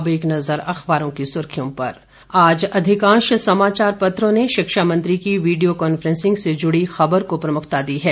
अब एक नजर अखबारों की सुर्खियों पर आज अधिकांश समाचार पत्रों ने शिक्षा मंत्री की वीडियो कांफ्रेंसिंग से जुड़ी खबर को प्रमुखता दी है